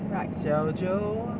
小酒窝